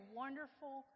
wonderful